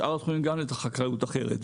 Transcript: גם בשאר התחומים, לחקלאות אחרת.